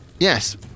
Yes